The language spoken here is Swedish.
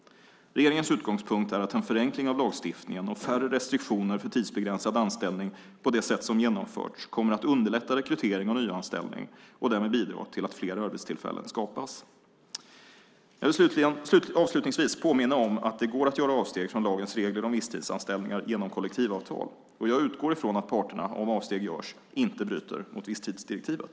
Regeringens utgångspunkt är att en förenkling av lagstiftningen och färre restriktioner för tidsbegränsad anställning på det sätt som genomförts kommer att underlätta rekrytering och nyanställning och därmed bidra till att fler arbetstillfällen skapas. Jag vill avslutningsvis påminna om att det går att göra avsteg från lagens regler om visstidsanställningar genom kollektivavtal, och jag utgår ifrån att parterna om avsteg görs inte bryter mot visstidsdirektivet.